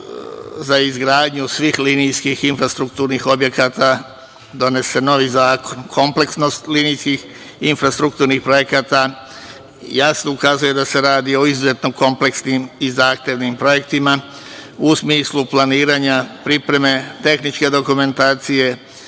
za izgradnju svih linijskih infrastrukturnih objekata donese novi zakon. Kompleksnost linijskih infrastrukturnih projekata jasno ukazuje da se radi o izuzetno kompleksnim i zahtevnim projektima u smislu planiranja, pripreme, tehničke dokumentacije,